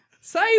Say